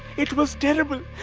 it was terrible!